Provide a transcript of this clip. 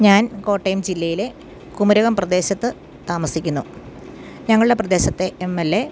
ഞാൻ കോട്ടയം ജില്ലയിലെ കുമരകം പ്രദേശത്ത് താമസിക്കുന്നു ഞങ്ങളുടെ പ്രദേശത്തെ എം എൽ എ